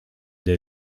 der